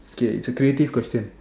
K it's a creative question